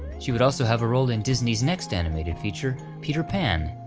she would also have a role in disney's next animated feature, peter pan,